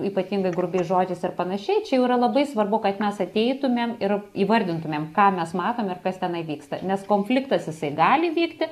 ypatingai grubiais žodžiais ar panašiai čia jau yra labai svarbu kad mes ateitumėm ir įvardintumėm ką mes matom ir kas tenai vyksta nes konfliktas jisai gali vykti